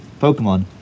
Pokemon